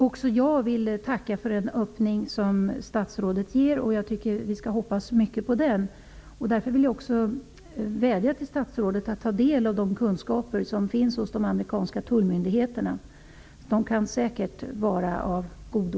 Även jag vill tacka för den öppning som statsrådet ger. Vi hoppas mycket på den. Därför vill jag också vädja till statsrådet att ta del av de kunskaper som finns hos de amerikanska tullmyndigheterna. De kan säkert komma till godo.